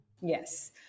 Yes